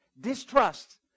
distrust